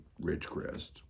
Ridgecrest